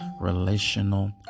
relational